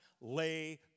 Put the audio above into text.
lay